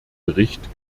bericht